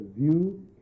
view